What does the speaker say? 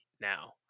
now